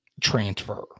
transfer